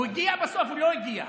הוא הגיע בסוף או לא הגיע?